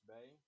Bay